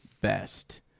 best